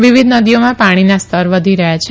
વિવિધ નદીઓમાં પાણીના સ્તર વધી રહ્યા છે